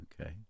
Okay